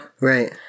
Right